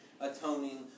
atoning